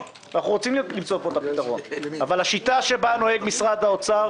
ואנחנו רוצים למצוא פה את הפתרון אבל השיטה שבה נוהג משרד האוצר,